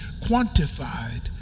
quantified